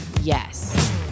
Yes